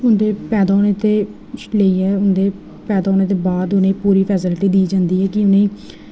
उं'दे पैदा होने ते लेइयै उं'दे पैदा होने दे बाद उ'नेंगी पूरी फैसिलिटी दी जंदी ऐ कि इ'नेंगी